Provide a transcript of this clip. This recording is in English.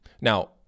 Now